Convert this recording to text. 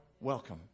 Welcome